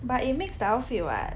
but it makes the outfit [what]